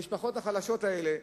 למשפחות החלשות האלה,